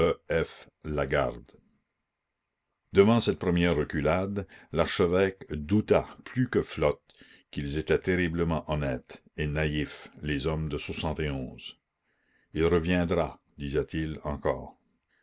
devant cette première reculade l'archevêque douta plus que flotte qu'ils étaient terriblement honnêtes et naïfs les hommes de l reviendra disait-il encore